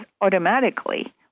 automatically